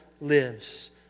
lives